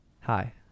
Hi